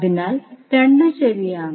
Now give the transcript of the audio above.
അതിനാൽ രണ്ടും ശരിയാണ്